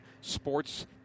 Sports